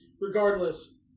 regardless